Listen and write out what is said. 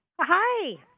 Hi